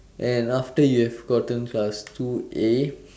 and after you have gotten class two A